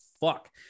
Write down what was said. fuck